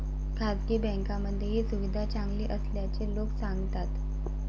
खासगी बँकांमध्ये ही सुविधा चांगली असल्याचे लोक सांगतात